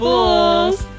Fools